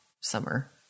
summer